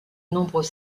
nombreux